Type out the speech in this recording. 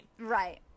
right